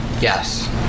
Yes